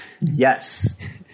Yes